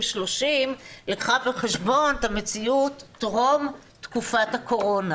לקחה בחשבון את המציאות טרום תקופת הקורונה